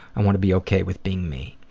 i want to be ok with being me.